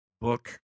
book